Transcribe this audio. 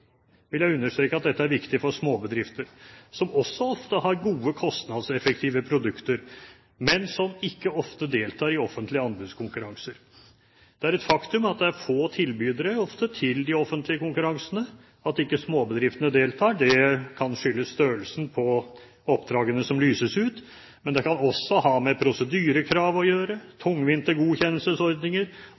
vil jeg understreke at dette er viktig for småbedrifter, som også har gode kostnadseffektive produkter, men som ikke ofte deltar i offentlige anbudskonkurranser. Det er et faktum at det ofte er få tilbydere til de offentlige konkurransene. At ikke småbedriftene deltar, kan skyldes størrelsen på oppdragene som lyses ut, men det kan også ha med prosedyrekrav å gjøre,